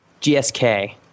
GSK